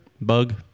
bug